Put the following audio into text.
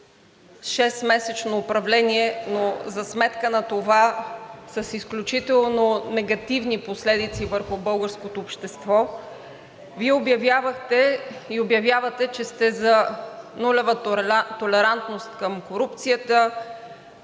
шестмесечно управление, но за сметка на това с изключително негативни последици върху българското общество, Вие обявявахте и обявявате, че сте за нулева толерантност към корупцията,